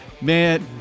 Man